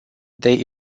they